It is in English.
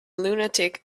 lunatic